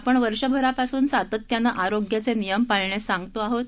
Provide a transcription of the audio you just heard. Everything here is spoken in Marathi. आपण वर्षभरापासून सातत्यानं आरोग्याचे नियम पाळण्यास सांगतो आहोत